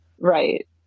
right